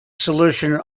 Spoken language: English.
solutions